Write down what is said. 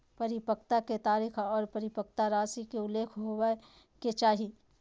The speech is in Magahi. परिपक्वता के तारीख आर परिपक्वता राशि के उल्लेख होबय के चाही